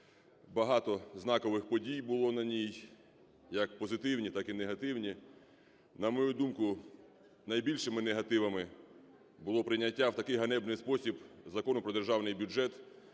багато знакових подій було на ній, як позитивні, так і негативні. На мою думку, найбільшими негативами було прийняття у такий ганебний спосіб Закону про Державний бюджет